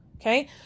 Okay